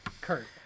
Kurt